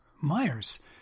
Myers